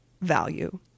value